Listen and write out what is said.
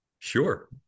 sure